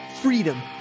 freedom